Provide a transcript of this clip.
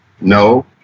No